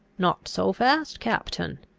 not so fast, captain.